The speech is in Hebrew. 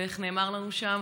ואיך נאמר לנו שם?